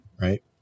right